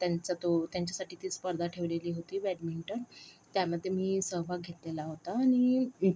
त्यांचा तो त्यांच्यासाठी ती स्पर्धा ठेवलेली होती बॅडमिंटन त्यामध्ये मी सहभाग घेतलेला होता आणि